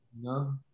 No